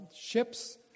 ships